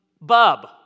bub